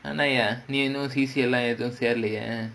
ஆனா ஏன் நீ இன்னும்:aanaa yaen nee innum C_C_A சேரலையா:seralayaa